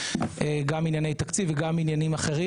גם ענייני תקציב וגם עניינים אחרים.